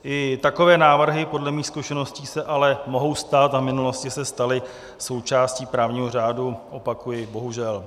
I takové návrhy podle mých zkušeností se ale mohou stát a v minulosti se staly součástí právního řádu, opakuji bohužel.